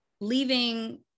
leaving